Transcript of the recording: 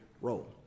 role